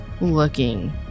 looking